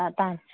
ꯑꯥ ꯇꯥꯔꯦ